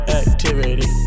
activity